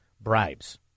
bribes